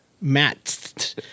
Matt